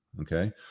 Okay